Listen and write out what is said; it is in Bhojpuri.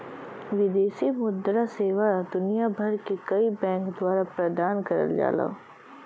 विदेशी मुद्रा सेवा दुनिया भर के कई बैंक द्वारा प्रदान करल जाला